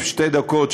שתי דקות,